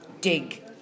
dig